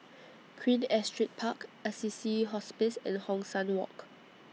Queen Astrid Park Assisi Hospice and Hong San Walk